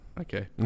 Okay